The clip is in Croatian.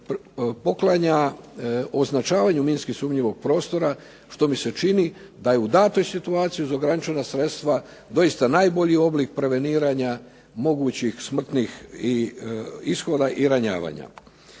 poklanja označavanju minski sumnjivog prostora što mi se čini da je u datoj situaciji uz ograničena sredstva doista najbolji oblik preveniranja mogućih smrtnih ishoda i ranjavanja.